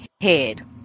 head